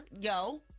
yo